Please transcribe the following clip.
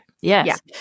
Yes